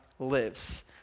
lives